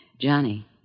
Johnny